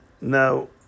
Now